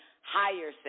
higher